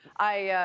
i,